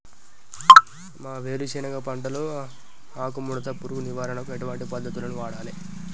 మా వేరుశెనగ పంటలో ఆకుముడత పురుగు నివారణకు ఎటువంటి పద్దతులను వాడాలే?